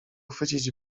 chwycić